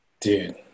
Dude